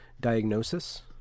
diagnosis